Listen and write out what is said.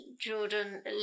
Jordan